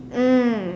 mm